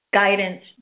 guidance